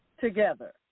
together